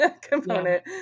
component